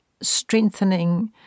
strengthening